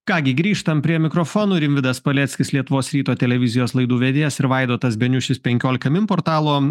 ką gi grįžtam prie mikrofonų rimvydas paleckis lietuvos ryto televizijos laidų vedėjas ir vaidotas beniušis penkiolika min portalo